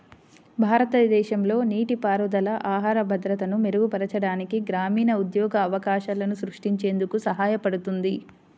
భారతదేశంలో నీటిపారుదల ఆహార భద్రతను మెరుగుపరచడానికి, గ్రామీణ ఉద్యోగ అవకాశాలను సృష్టించేందుకు సహాయపడుతుంది